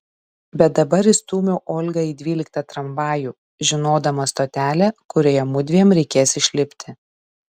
bet dabar įstūmiau olgą į dvyliktą tramvajų žinodama stotelę kurioje mudviem reikės išlipti